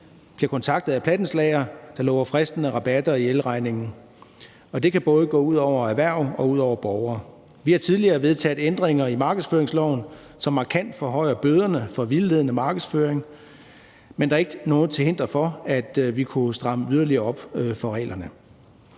bliver kontaktet af plattenslagere, der lover fristende rabatter i elregningen, og det kan gå ud over både erhverv og borgere. Vi har tidligere vedtaget ændringer af markedsføringsloven, som markant forhøjede bøderne for vildledende markedsføring, men der er ikke noget til hinder for, at vi kunne stramme reglerne yderligere